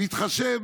בהתחשב,